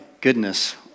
goodness